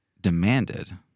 demanded